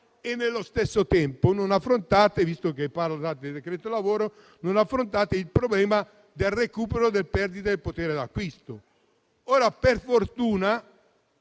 e nello stesso tempo non affrontate - visto che parliamo di decreto lavoro - il problema del recupero della perdita del potere d'acquisto. Ora, per fortuna,